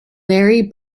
larry